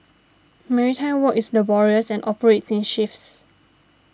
maritime work is laborious and operates in shifts